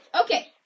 Okay